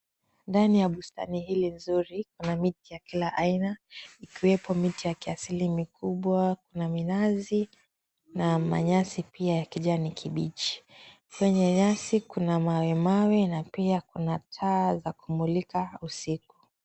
Ndani ya bustani hili nzuri kuna miti ya kila aina iwepo miti ya kiasili mikubwa kuna minazi na manyasi pia ya kijani kibichi, kwenye nyasi kuna mawe mawe na pia kuna taa za kumulika usiku.